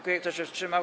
Kto się wstrzymał?